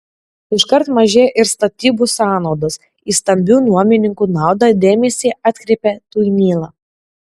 iškart mažėja ir statybų sąnaudos į stambių nuomininkų naudą dėmesį atkreipia tuinyla